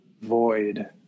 void